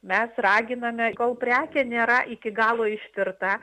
mes raginame kol prekė nėra iki galo ištirta